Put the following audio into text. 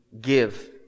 give